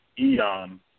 eon